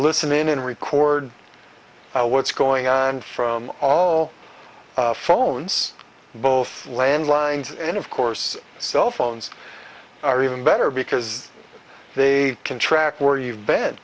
listen in and record what's going on from all phones both landlines and of course cell phones are even better because they can track where you bed